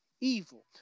evil